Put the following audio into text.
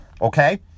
Okay